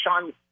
Sean